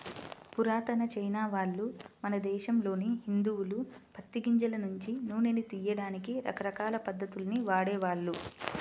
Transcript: పురాతన చైనావాళ్ళు, మన దేశంలోని హిందువులు పత్తి గింజల నుంచి నూనెను తియ్యడానికి రకరకాల పద్ధతుల్ని వాడేవాళ్ళు